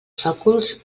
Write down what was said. sòcols